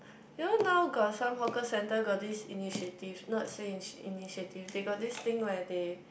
you know now got some hawker centre got this initiative not say initiative they got this thing where they